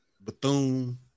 Bethune